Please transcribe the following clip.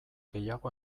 gehiago